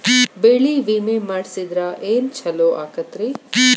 ಬೆಳಿ ವಿಮೆ ಮಾಡಿಸಿದ್ರ ಏನ್ ಛಲೋ ಆಕತ್ರಿ?